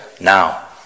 now